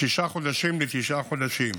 משישה חודשים לתשעה חודשים.